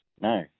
no